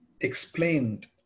Explained